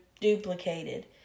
duplicated